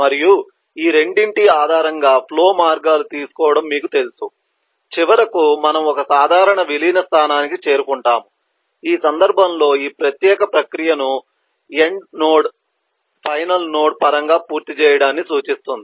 మరియు ఈ రెండింటి ఆధారంగా ఫ్లో మార్గాలు తీసుకోవడం మీకు తెలుసు చివరకు మనము ఒక సాధారణ విలీన స్థానానికి చేరుకుంటాము ఈ సందర్భంలో ఈ ప్రత్యేక ప్రక్రియను ఎండ్ నోడ్ ఫైనల్ నోడ్ పరంగా పూర్తి చేయడాన్ని సూచిస్తుంది